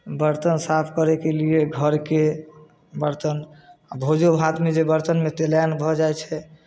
बरतन साफ करयके लिए घरके बरतन भोजो भातमे जे बरतनमे तेलाइन भऽ जाइ छै